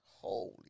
Holy